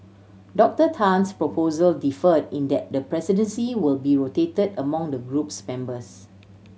Doctor Tan's proposal differ in that the presidency will be rotated among the group's members